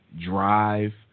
drive